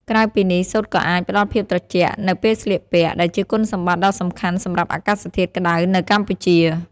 ក្រៅពីនេះ សូត្រក៏អាច ផ្តល់ភាពត្រជាក់ នៅពេលស្លៀកពាក់ ដែលជាគុណសម្បត្តិដ៏សំខាន់សម្រាប់អាកាសធាតុក្តៅនៅកម្ពុជា។